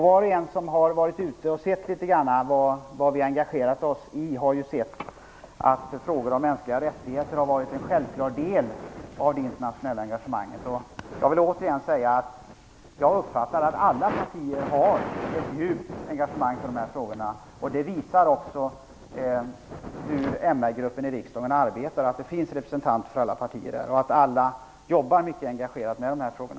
Var och en som har varit ute och sett litet grand vad vi engagerat oss i har ju sett att frågor om mänskliga rättigheter har varit en självklar del av det internationella engagemanget. Jag vill återigen säga att jag uppfattar att alla partier har ett djupt engagemang för de här frågorna. Det visar också hur MR-gruppen i riksdagen arbetar, att det finns representanter för alla partier där och att alla jobbar mycket engagerat med de här frågorna.